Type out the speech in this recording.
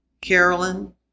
Carolyn